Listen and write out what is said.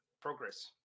progress